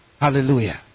hallelujah